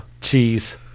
cheese